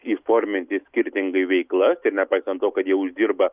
įforminti skirtingai veiklas ir nepaisant to kad jie uždirba